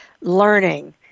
learning